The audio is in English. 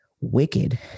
wicked